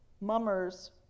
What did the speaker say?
mummers